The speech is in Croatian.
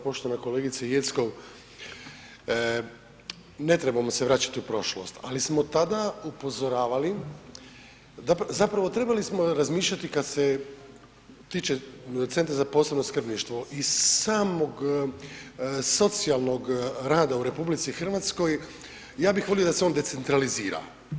Poštovana kolegice Jeckov, ne trebamo se vraćati u prošlost, ali smo tada upozoravali, zapravo trebali smo razmišljati kad se tiče Centra za posebno skrbništvo i samog socijalnog rada u RH, ja bih volio da se on decentralizira.